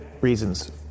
reasons